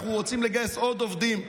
אנחנו רוצים לגייס עוד עובדים,